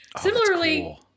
Similarly